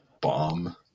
bomb